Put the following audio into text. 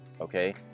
okay